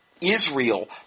Israel